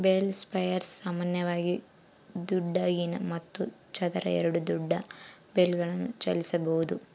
bale spears ಸಾಮಾನ್ಯವಾಗಿ ದುಂಡಗಿನ ಮತ್ತು ಚದರ ಎರಡೂ ದೊಡ್ಡ ಬೇಲ್ಗಳನ್ನು ಚಲಿಸಬೋದು